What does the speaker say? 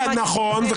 נכון,